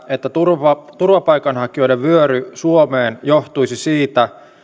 että turvapaikanhakijoiden vyöry suomeen johtuisi siitä